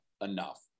enough